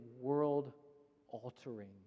world-altering